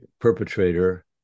perpetrator